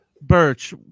Birch